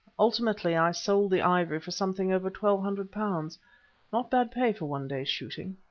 ultimately i sold the ivory for something over twelve hundred pounds not bad pay for one day's shooting.